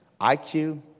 IQ